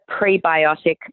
prebiotic